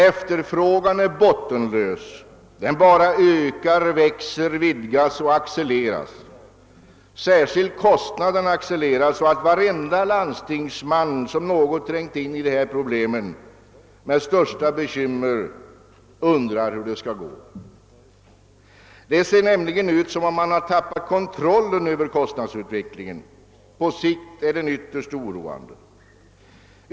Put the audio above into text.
Efterfrågan på sjukvård är bottenlös. Den bara växer, vidgas och accelereras. Särskilt kostnaderna accelererar, så att varenda landstingsman, som något trängt in i detta problem, med största bekymmer undrar hur det skall gå. Det ser ut som om man har tappat kontrollen över kostnadsutvecklingen. På sikt är den ytterst oroande.